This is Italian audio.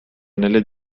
nelle